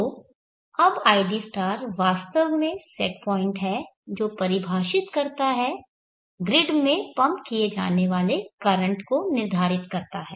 तो अब id वास्तव में सेट पॉइंट है जो परिभाषित करता है ग्रिड में पंप किए जाने वाले करंट को निर्धारित करता है